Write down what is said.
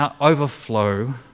overflow